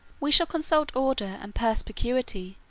we shall consult order and perspicuity,